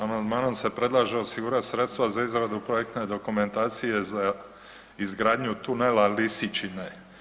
Amandmanom se predlaže osigurati sredstva za izradu projektne dokumentacije za izgradnju tunela Lisičine.